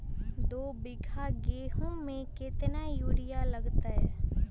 दो बीघा गेंहू में केतना यूरिया लगतै?